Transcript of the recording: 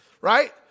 right